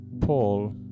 Paul